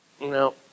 no